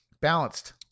Balanced